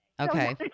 Okay